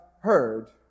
heard